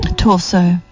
torso